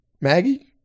Maggie